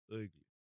ugly